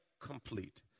complete